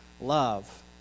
love